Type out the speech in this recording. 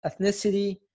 ethnicity